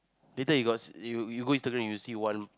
later you got s~ you you go Instagram you'll see one